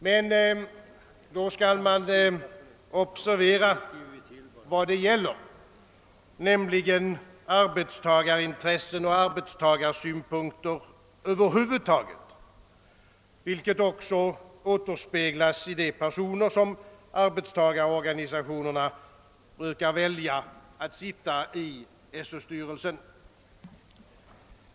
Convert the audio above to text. Man skall emellertid observera vad detta ärende gäller, nämligen frågan om arbetstagarintressen och arbetstagarsynpunkter över huvud taget, något som också återspeglas i valet av de personer som arbetstagarorganisationerna brukar utse till SÖ:s styrelse.